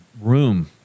room